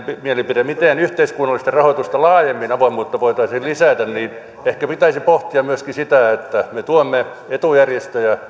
mielipiteeni siitä miten yhteiskunnallista rahoitusta laajemmin avoimuutta voitaisiin lisätä ehkä pitäisi pohtia myöskin sitä että me tuemme etujärjestöjä